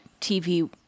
TV